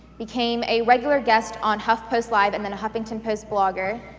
became a regular guest on huff post live and then a huffington post blogger.